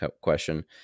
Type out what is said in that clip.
question